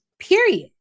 period